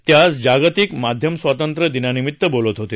ते आज जागतिक माध्यम स्वातंत्र्य दिनानिमित्त बोलत होते